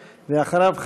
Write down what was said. ואחריו,